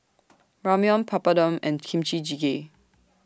Ramyeon Papadum and Kimchi Jjigae